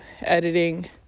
editing